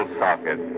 socket